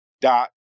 dot